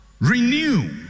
renew